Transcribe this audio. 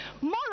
more